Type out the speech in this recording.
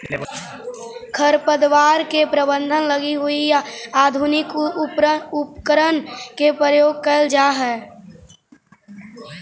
खरपतवार के प्रबंधन लगी भी आधुनिक उपकरण के प्रयोग कैल जा हइ